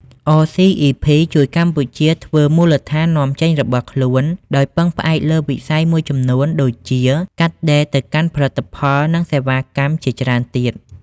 អ សុី អុី ភី (RCEP)ជួយកម្ពុជា ធ្វើមូលដ្ឋាននាំចេញរបស់ខ្លួន ដោយពឹងផ្អែកលើវិស័យមួយចំនួន ដូចជា កាត់ដេរ ទៅកាន់ផលិតផល និងសេវាកម្មជាច្រើនទៀត។